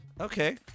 Okay